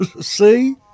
See